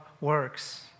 works